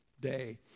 day